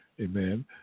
Amen